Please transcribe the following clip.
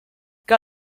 que